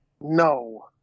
No